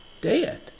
Dead